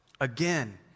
Again